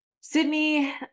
sydney